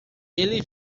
ele